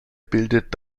bildet